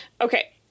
Okay